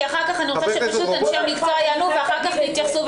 כי אני רוצה שאנשי המקצוע יענו ואחר כך תתייחסו.